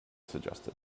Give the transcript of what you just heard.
suggested